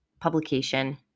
publication